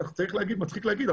מצחיק להגיד,